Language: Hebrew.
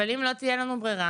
אבל אם לא תהיה לנו ברירה,